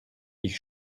ich